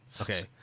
okay